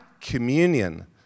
communion